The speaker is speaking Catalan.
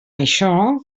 això